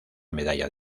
medalla